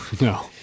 no